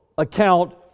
account